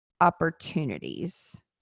opportunities